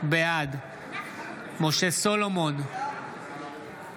בעד משה סולומון, בעד